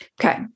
Okay